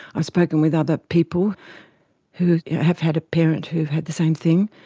ah spoken with other people who have had a parent who had the same thing,